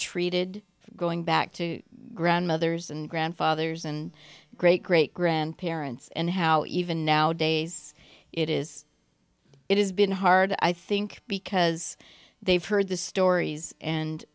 treated going back to grandmothers and grandfathers and great great grandparents and how even now days it is it has been hard i think because they've heard the stories and